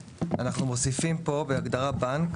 אנחנו מוסיפים פה בהגדרה את המילה "בנק",